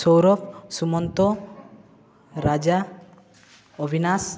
Saurabh Sumant Raja Abhinash